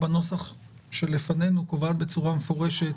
בנוסח שלפנינו, קובעת בצורה מפורשת